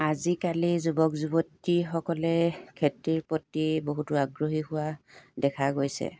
আজিকালি যুৱক যুৱতীসকলে খেতিৰ প্ৰতি বহুতো আগ্ৰহী হোৱা দেখা গৈছে